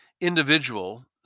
individual